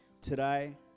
today